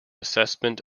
assessment